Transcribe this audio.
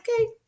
okay